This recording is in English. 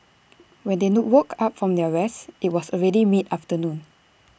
when they woke up from their rest IT was already mid afternoon